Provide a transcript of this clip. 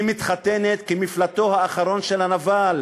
היא מתחתנת כמפלטו האחרון של הנבל,